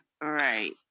right